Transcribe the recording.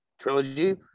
trilogy